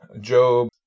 Job